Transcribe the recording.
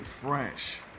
Fresh